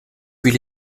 puis